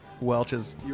Welch's